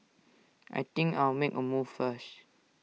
I think I'll make A move first